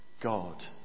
God